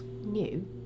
New